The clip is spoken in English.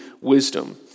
wisdom